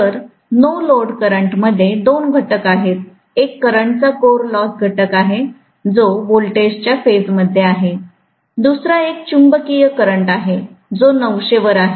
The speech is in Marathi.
तर नो लोडकरंट मध्ये दोन घटक आहेत एक करंट चा कोर लॉस घटक आहे जो व्होल्टेजच्या फेजमद्धे आहे दुसरा एक चुंबकीय करंट आहे जो 900 वरआहे